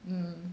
mm